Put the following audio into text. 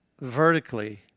vertically